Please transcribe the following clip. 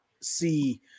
see –